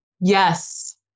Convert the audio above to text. Yes